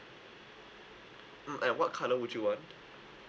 mm and what colour would you want